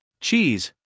cheese